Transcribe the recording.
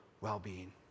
well-being